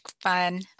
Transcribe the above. fun